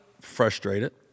Frustrated